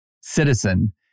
citizen